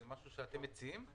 זה משהו שאתם מציעים?